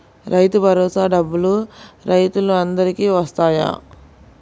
రైతు భరోసా డబ్బులు రైతులు అందరికి వస్తాయా?